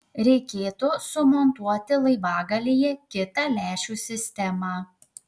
reikėtų sumontuoti laivagalyje kitą lęšių sistemą